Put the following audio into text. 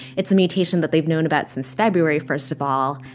it's a mutation that they've known about since february, first of all.